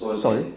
swan